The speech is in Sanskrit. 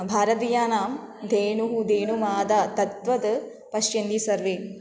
भारतीयानां धेनुः धेनुमाता तद्वत् पश्यन्ति सर्वे